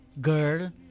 Girl